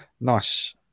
Nice